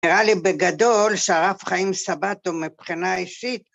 נראה לי בגדול שהרב חיים סבטו מבחינה אישית